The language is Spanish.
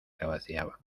cabeceaban